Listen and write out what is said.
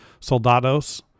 soldados